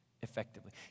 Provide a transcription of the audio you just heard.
effectively